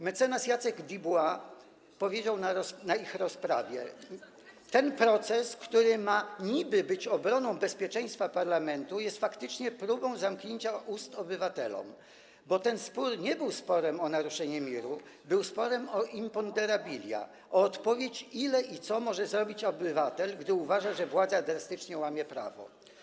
Mec. Jacek Dubois powiedział na ich rozprawie: Ten proces, który ma niby być obroną bezpieczeństwa parlamentu, jest faktycznie próbą zamknięcia ust obywatelom, bo ten spór nie był sporem o naruszenie miru, był sporem o imponderabilia, o odpowiedź, ile i co może zrobić obywatel, gdy uważa, że władza drastycznie łamie prawo.